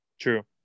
True